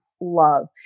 love